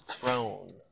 Throne